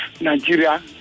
Nigeria